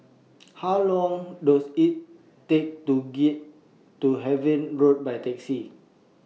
How Long Does IT Take to get to Harvey Road By Taxi